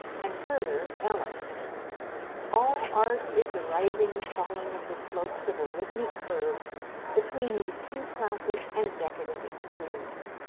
and further, ellis all art is the rising and falling of the slopes of a rhythmic curve between these two classic and decadent extremes.